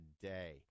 today